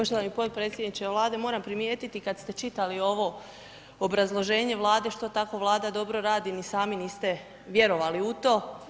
Poštovani potpredsjedniče Vlade, moram primijetiti, kada ste čitali ovo obrazloženje vlade, što tako vlada dobro radi, ni sami niste vjerovali u to.